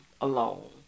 alone